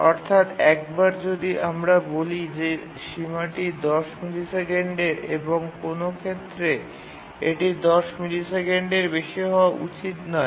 অর্থাৎ একবার যদি আমরা বলি যে সীমাটি ১০ মিলিসেকেন্ডের এবং কোনও ক্ষেত্রে এটি ১০ মিলিসেকেন্ডের বেশি হওয়া উচিত নয়